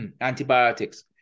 antibiotics